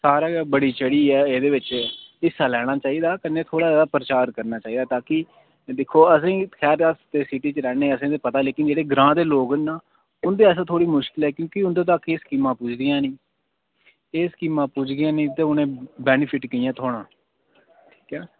सारें गै बढ़ी चढ़ियै एह्दे बिच हिस्सा लैना चाहिदा कन्नै थोह्ड़ा प्रचार करना चाहिदा ताकी खैर अस सिटी च रौह्ने असेंगी ते पता लेकिन जेह्ड़े ग्रां दे लोग न उंदे ताहीं मुशकल ऐ की के उंदे तगर एह् स्कीमां पुज्जदियां गै निं एह् स्कीमां पुज्जगियां गै नेईं ते उनेंगी बेनीफिट कियां थ्होना